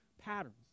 patterns